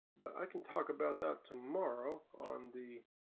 but i can talk about that tomorrow on the